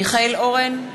מיכאל אורן,